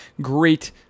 great